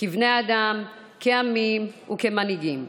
כבני האדם, כעמים וכמנהיגים.